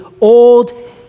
old